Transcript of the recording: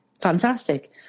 fantastic